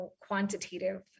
quantitative